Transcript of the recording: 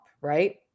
right